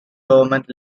government